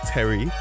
Terry